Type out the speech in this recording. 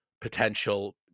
potential